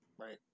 right